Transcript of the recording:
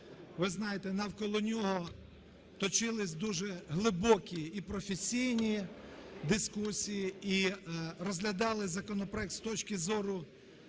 ви знаєте, навколо нього точились дуже глибокі і професійні дискусії, і розглядали законопроект з точки зору